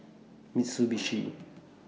Mitsubishi